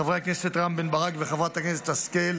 חבר הכנסת רם בן ברק וחברת הכנסת השכל,